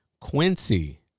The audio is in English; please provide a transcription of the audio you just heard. Quincy